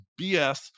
BS